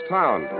town